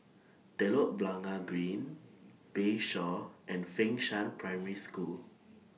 Telok Blangah Green Bayshore and Fengshan Prime School